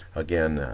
again,